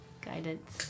Guidance